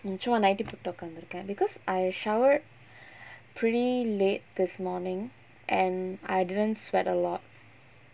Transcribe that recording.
சும்மா:summa nighty போட்டு உக்காந்திருக்கேன்:pottu ukkaanthirukkaen because I showered pretty late this morning and I didn't sweat a lot